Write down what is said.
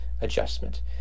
adjustment